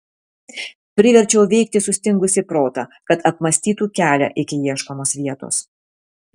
priverčiau veikti sustingusį protą kad apmąstytų kelią iki ieškomos vietos